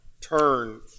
turn